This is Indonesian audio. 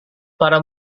para